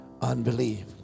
unbelief